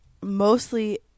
mostly